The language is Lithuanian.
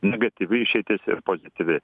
negatyvi išeitis ir pozityvi